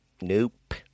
Nope